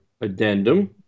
addendum